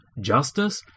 Justice